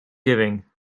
giving